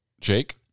Jake